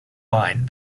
line